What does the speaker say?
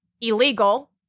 illegal